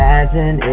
Imagine